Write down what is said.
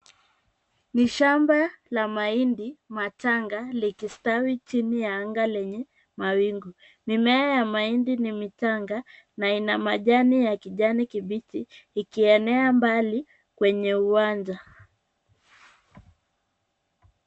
Ni shamba la mahindi machanga likistawi chini ya anga lenye mawingu. Mimea ya mahindi ni michanga na ina majani ya kijani kibichi ikienea mbali kwenye uwanja.